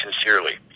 sincerely